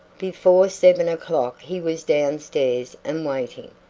before seven o'clock he was down stairs and waiting.